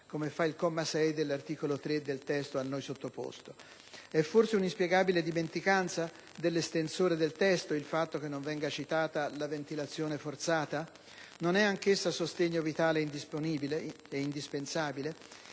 come fa il comma 6 dell'articolo 3 del testo a noi sottoposto. È forse un'inspiegabile dimenticanza dell'estensore del testo il fatto che non venga citata la ventilazione forzata? Non è anch'essa sostegno vitale indispensabile?